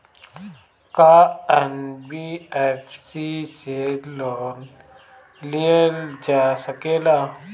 का एन.बी.एफ.सी से लोन लियल जा सकेला?